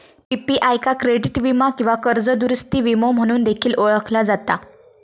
PPI का credit वीमा किंवा कर्ज दुरूस्ती विमो म्हणून देखील ओळखला जाता